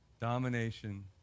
domination